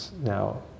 Now